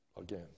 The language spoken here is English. again